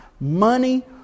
money